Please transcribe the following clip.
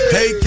Hey